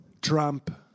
Trump